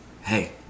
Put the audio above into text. hey